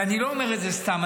ואני לא אומר את זה סתם,